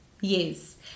Yes